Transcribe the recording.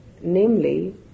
namely